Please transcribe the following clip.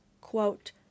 quote